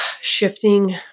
shifting